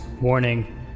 Warning